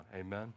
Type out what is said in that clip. Amen